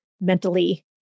mentally